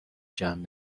جمع